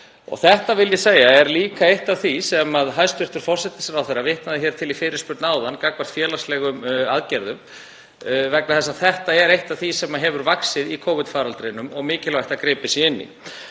í þetta. Þetta er líka eitt af því sem hæstv. forsætisráðherra vitnaði til í fyrirspurn áðan gagnvart félagslegum aðgerðum vegna þess að þetta er eitt af því sem hefur vaxið í Covid-faraldrinum og mikilvægt að gripið sé inn í.